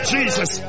Jesus